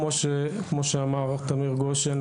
כמו שאמר תמיר גשן,